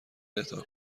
اهدا